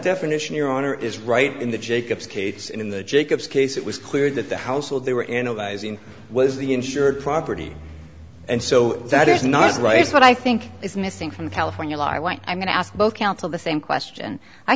definition your owner is right in the jacobs case in the jacobs case it was clear that the household they were in was the insured property and so that is not as rights what i think is missing from california law i'm going to ask both council the same question i